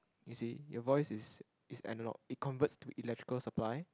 you see your voice is is analogue it converts to electrical supply